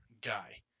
guy